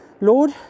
Lord